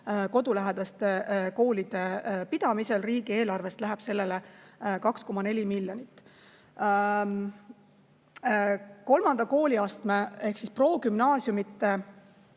kodulähedaste koolide pidamisel. Riigieelarvest läheb sellele 2,4 miljonit. Kolmanda kooliastme ehk progümnaasiumide